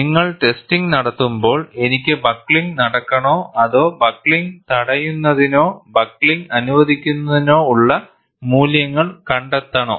നിങ്ങൾ ടെസ്റ്റിംഗ് നടത്തുമ്പോൾ എനിക്ക് ബക്ക്ലിംഗ് നടക്കണോ അതോ ബക്ക്ലിംഗ് തടയുന്നതിനോ ബക്ക്ലിംഗ് അനുവദിക്കുന്നതിനോ ഉള്ള മൂല്യങ്ങൾ കണ്ടെത്തണോ